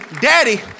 Daddy